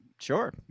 Sure